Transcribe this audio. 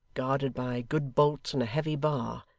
guarded by good bolts and a heavy bar,